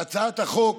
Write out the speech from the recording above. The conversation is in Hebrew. בהצעת החוק